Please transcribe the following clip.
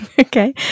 Okay